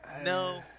No